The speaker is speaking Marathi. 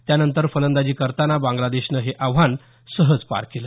त्यानंतर फलंदाजी करताना बांग्लादेशनं हे आव्हान सहज पार केलं